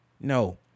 No